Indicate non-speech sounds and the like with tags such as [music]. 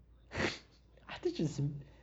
[laughs] I think she's um